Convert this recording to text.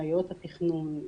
הנחיות התכנון,